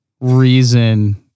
reason